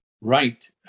right